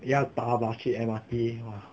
要搭 bus 去 M_R_T !wah!